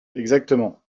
exactement